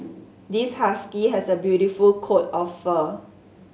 this husky has a beautiful coat of fur